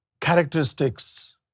characteristics